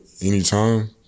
anytime